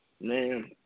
man